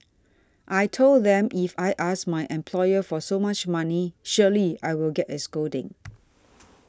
I told them if I ask my employer for so much money surely I will get a scolding